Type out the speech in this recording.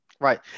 Right